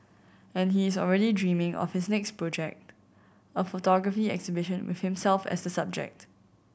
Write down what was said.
and he is already dreaming of his next project a photography exhibition with himself as subject